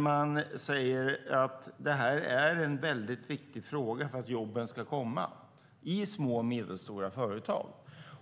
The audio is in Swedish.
Man säger att det här är en viktig fråga för att jobben ska komma i små och medelstora företag,